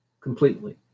completely